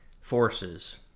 forces